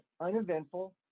uneventful